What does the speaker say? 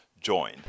join